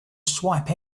swipe